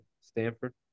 Stanford